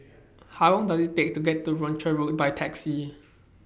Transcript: How Long Does IT Take to get to Rochor Road By Taxi